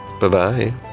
Bye-bye